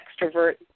extrovert